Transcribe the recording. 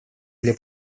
для